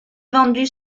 vendu